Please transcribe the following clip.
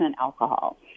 alcohol